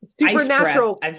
supernatural